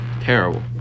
terrible